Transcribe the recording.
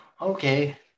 Okay